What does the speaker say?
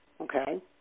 okay